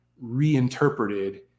reinterpreted